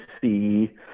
see